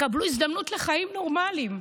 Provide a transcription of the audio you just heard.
יקבלו הזדמנות לחיים נורמליים,